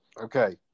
Okay